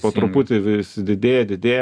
po truputį vis didėja didėja